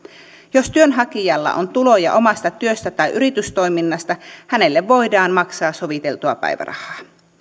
jos työnhakijalla on tuloja omasta työstä tai yritystoiminnasta hänelle voidaan maksaa soviteltua päivärahaa